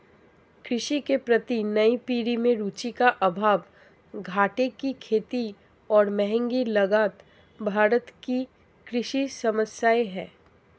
कृषि के प्रति नई पीढ़ी में रुचि का अभाव, घाटे की खेती और महँगी लागत भारत की कृषि समस्याए हैं